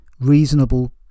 reasonable